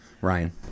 ryan